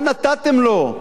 מה נתתם לו?